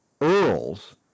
earls